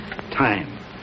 Time